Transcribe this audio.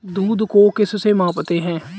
दूध को किस से मापते हैं?